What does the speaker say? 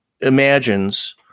imagines